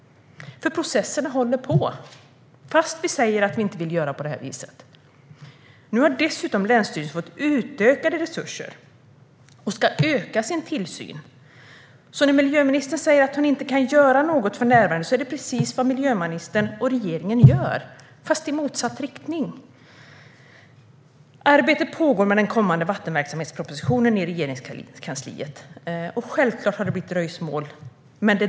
För processerna håller på, fast vi säger att vi inte vill göra det på det viset. Nu har dessutom länsstyrelserna fått utökade resurser och ska öka sin tillsyn. Miljöministern säger att hon inte kan göra något för närvarande, men det är inte sant. Fast det som miljöministern och regeringen gör går i motsatt riktning. Arbete med den kommande vattenverksamhetspropositionen pågår i Regeringskansliet. Men självklart har det blivit dröjsmål.